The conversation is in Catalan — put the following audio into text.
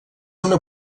una